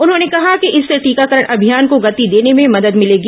उन्होंने कहा कि इससे टीकाकरण अभियान को गति देने में मदद मिलेगी